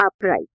upright